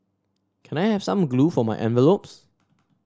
can I have some glue for my envelopes